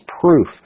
proof